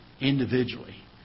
Individually